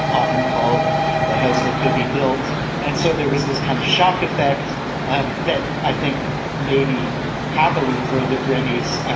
often called the house that kobe built. and so there was this kind of shock effect um that i think maybe happily for the grammys,